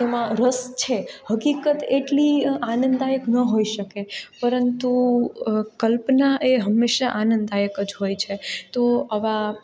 તેમાં રસ છે હકીકત એટલી આનંદદાયક ન હોઈ શકે પરંતુ કલ્પના એ હંમેશા આનંદદાયક જ હોય છે તો આવા